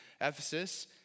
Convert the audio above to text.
Ephesus